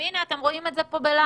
והנה, אתם רואים את זה פה בלייב.